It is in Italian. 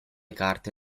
carte